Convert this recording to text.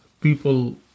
people